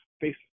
face